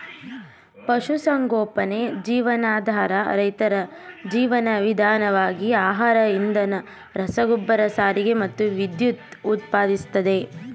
ಪಶುಸಂಗೋಪನೆ ಜೀವನಾಧಾರ ರೈತರ ಜೀವನ ವಿಧಾನವಾಗಿ ಆಹಾರ ಇಂಧನ ರಸಗೊಬ್ಬರ ಸಾರಿಗೆ ಮತ್ತು ವಿದ್ಯುತ್ ಉತ್ಪಾದಿಸ್ತದೆ